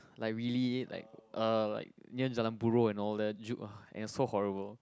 like really like uh like near Jalan Burro and all that hu~ uh and it was so horrible